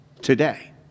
today